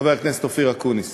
חבר הכנסת אופיר אקוניס